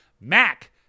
Mac